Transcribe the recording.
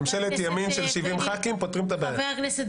ממשלת ימין של 70 ח"כים, פותרים את הבעיה.